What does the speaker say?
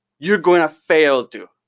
you're going to fail, too.